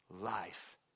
life